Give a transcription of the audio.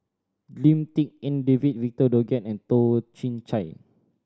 Lim Tik En David Victor Doggett and Toh Chin Chye